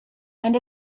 and